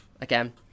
again